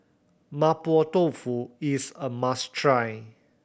Mapo Tofu is a must try